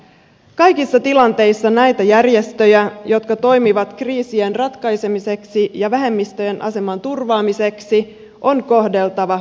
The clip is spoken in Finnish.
kaikissa tilanteissa näitä järjestöjä jotka toimivat kriisien ratkaisemiseksi ja vähemmistöjen aseman turvaamiseksi on kohdeltava kunnioittavasti